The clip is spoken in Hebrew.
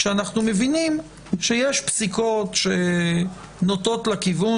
כשאנחנו מבינים שיש פסיקות שנוטות לכיוון,